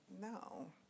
No